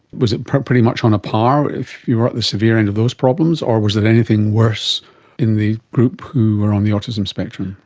was it pretty much on a par if you were at the severe end of those problems or was it anything worse in the group who were on the autism spectrum?